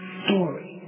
story